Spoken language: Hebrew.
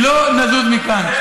לא נזוז מכאן.